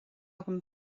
agam